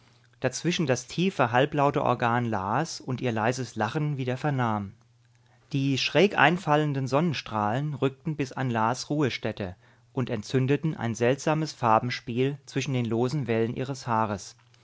dazwischen das tiefe halblaute organ las und ihr leises lachen wieder vernahm die schräg einfallenden sonnenstrahlen rückten bis an las ruhestätte und entzündeten ein seltsames farbenspiel zwischen den losen wellen ihres haares